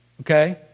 Okay